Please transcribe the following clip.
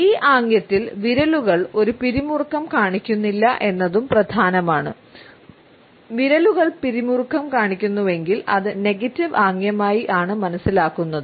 ഈ ആംഗ്യത്തിൽ വിരലുകൾ ഒരു പിരിമുറുക്കം കാണിക്കുന്നില്ല എന്നതും പ്രധാനമാണ് വിരലുകൾ പിരിമുറുക്കം കാണിക്കുന്നുവെങ്കിൽ അത് നെഗറ്റീവ് ആംഗ്യമായി ആണ് മനസ്സിലാക്കുന്നത്